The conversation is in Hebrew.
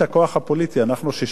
אנחנו שישה חברי כנסת